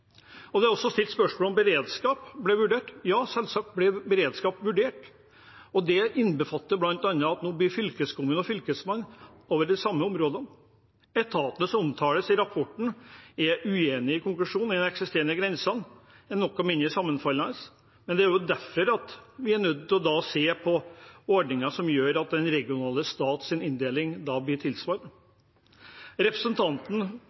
Det er også stilt spørsmål ved om beredskap ble vurdert. Ja, selvsagt ble beredskap vurdert. Det innbefatter bl.a. at fylkeskommune og fylkesmann nå er i det samme området. Etatene som omtales i rapporten, er uenig i konklusjonen at de eksisterende grensene er noe mindre sammenfallende. Det er derfor vi er nødt til å se på ordninger som gjør at den regionale stats inndeling blir tilsvarende. Representanten